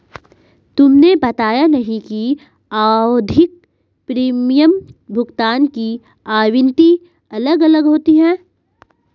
तुमने बताया नहीं कि आवधिक प्रीमियम भुगतान की आवृत्ति अलग अलग होती है